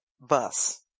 bus